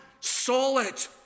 solid